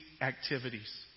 activities